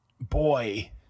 boy